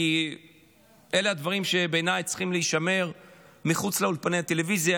כי אלה דברים שבעיניי צריכים להישמר מחוץ לאולפני הטלוויזיה.